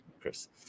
chris